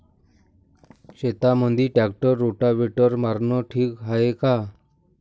शेतामंदी tractor rotavator मारनं ठीक हाये का?